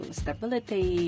stability